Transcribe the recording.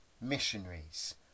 missionaries